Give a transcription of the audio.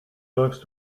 läufst